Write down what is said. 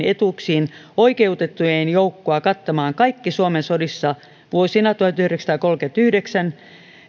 etuuksiin oikeutettujen joukkoa kattamaan kaikki suomen sodissa vuosina tuhatyhdeksänsataakolmekymmentäyhdeksän